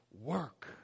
work